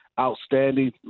outstanding